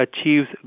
achieves